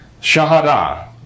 Shahada